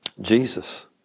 Jesus